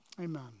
amen